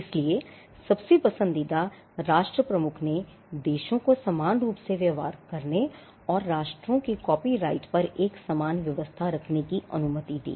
इसलिए सबसे पसंदीदा राष्ट्र प्रमुख ने देशों को समान रूप से व्यवहार करने और राष्ट्रों के कॉपीराइट पर एक समान व्यवस्था रखने की अनुमति दी